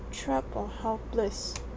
trapped or helpless